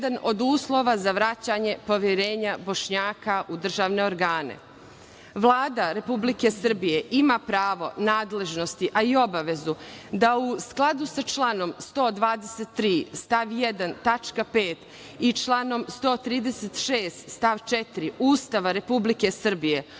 jedan od uslova za vraćanje poverenja Bošnjaka u državne organe. Vlada Republike Srbije ima pravo nadležnosti, a i obavezu, da u skladu sa članom 123. stav 1. tačka 5. i članom 136. stav 4. Ustava Republike Srbije